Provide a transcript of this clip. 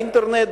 האינטרנט,